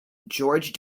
george